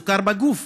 סוכר בגוף.